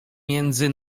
między